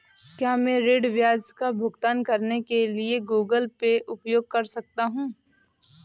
क्या मैं ऋण ब्याज का भुगतान करने के लिए गूगल पे उपयोग कर सकता हूं?